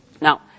Now